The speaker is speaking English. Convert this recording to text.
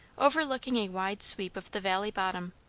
overlooking a wide sweep of the valley bottom,